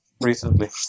recently